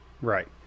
right